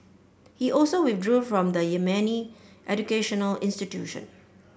he also withdrew from the Yemeni educational institution